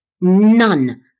None